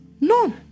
No